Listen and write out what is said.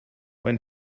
when